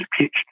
pitched